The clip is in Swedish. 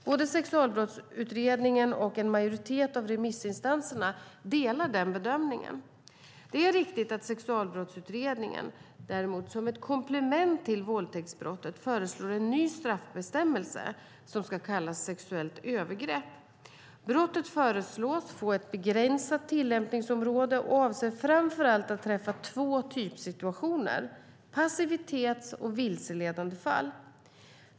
Både sexualbrottsutredningen och en majoritet av remissinstanserna delar denna bedömning. Det är riktigt att sexualbrottsutredningen föreslår, som ett komplement till våldtäktsbrottet, en ny straffbestämmelse som ska kallas sexuellt övergrepp. Brottet föreslås få ett begränsat tillämpningsområde och avser framför allt att träffa två typsituationer, passivitets och vilseledandefall.